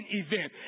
event